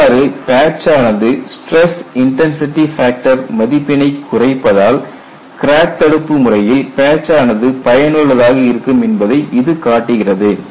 இவ்வாறு பேட்ச் ஆனது stress intensity factor மதிப்பினை குறைப்பதால் கிராக் தடுப்பு முறையில் பேட்ச் ஆனது பயனுள்ளதாக இருக்கும் என்பதை இது காட்டுகிறது